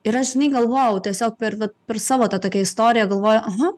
ir aš žinai galvojau tiesiog per va per savo tą tokią istoriją galvoju aha